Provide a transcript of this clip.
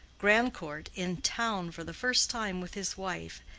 grandcourt, in town for the first time with his wife,